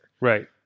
right